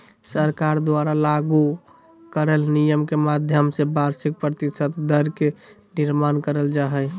सरकार द्वारा लागू करल नियम के माध्यम से वार्षिक प्रतिशत दर के निर्माण करल जा हय